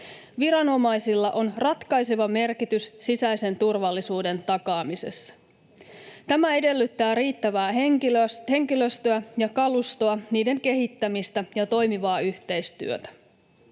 Viranomaisilla on ratkaiseva merkitys sisäisen turvallisuuden takaamisessa. Tämä edellyttää riittävää henkilöstöä ja kalustoa, niiden kehittämistä ja toimivaa yhteistyötä.